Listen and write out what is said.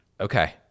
Okay